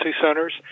centers